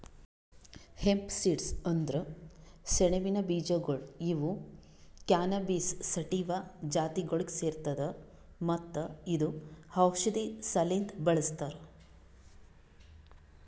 hemp seeds ಅಂದುರ್ ಸೆಣಬಿನ ಬೀಜಗೊಳ್ ಇವು ಕ್ಯಾನಬಿಸ್ ಸಟಿವಾ ಜಾತಿಗೊಳಿಗ್ ಸೇರ್ತದ ಮತ್ತ ಇದು ಔಷಧಿ ಸಲೆಂದ್ ಬಳ್ಸತಾರ್